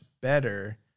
better